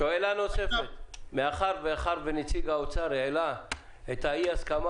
שאלה נוספת: נציג האוצר העלה את האי-הסכמה